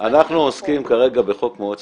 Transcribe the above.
אנחנו עוסקים כרגע בחוק מאוד ספציפי,